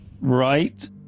Right